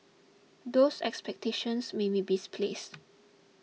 those expectations may be misplaced